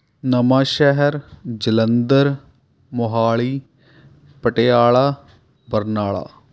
Nawanshahr Jalandhar Mohali Patiala Barnala